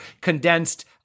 condensed